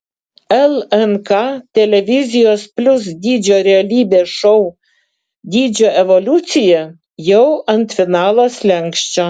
lnk televizijos plius dydžio realybės šou dydžio evoliucija jau ant finalo slenksčio